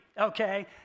okay